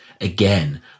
again